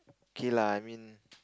okay lah I mean